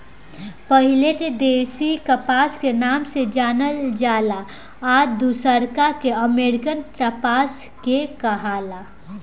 पहिले के देशी कपास के नाम से जानल जाला आ दुसरका के अमेरिकन कपास के कहाला